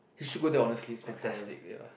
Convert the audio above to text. you should go there honestly it's fantastic ya